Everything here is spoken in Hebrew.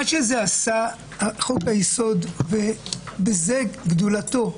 מה שעשה חוק היסוד, ובזה גדולתו,